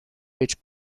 which